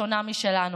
שונה משלנו.